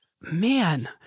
Man